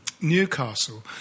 Newcastle